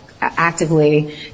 actively